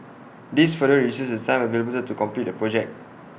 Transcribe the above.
this further reduces the time available to complete A project